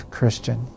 Christian